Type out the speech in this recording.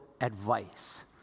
advice